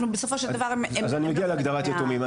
אני אגיע להגדרת "יתומים".